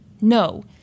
No